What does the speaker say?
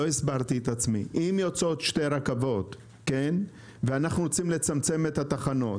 לא הסברתי את עצמי: אם יוצאות שתי רכבות ואנחנו רוצים לצמצם את התחנות,